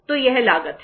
तो यह लागत है